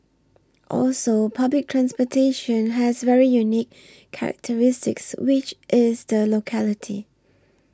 also public transportation has very unique characteristics which is the locality